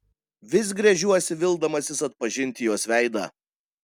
vis gręžiuosi vildamasis atpažinti jos veidą